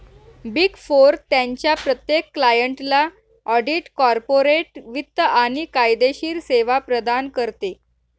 big four त्यांच्या प्रत्येक क्लायंटला ऑडिट, कॉर्पोरेट वित्त आणि कायदेशीर सेवा प्रदान करते